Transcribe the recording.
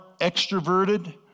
extroverted